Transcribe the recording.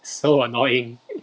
so annoying